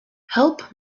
help